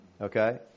Okay